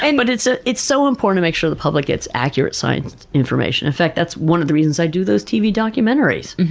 and but it's ah it's so important to make sure the public gets accurate science information. in fact, that's one of the reasons i do those tv documentaries,